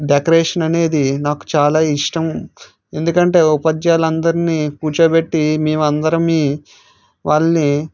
decoration అనేది నాకు చాలా ఇష్టం ఎందుకంటే ఉపాధ్యాయులు అందరిని కూర్చోబెట్టి మేము అందరం వాళ్ళని